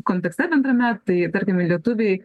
kontekste bendrame tai tarkime lietuviai